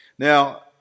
Now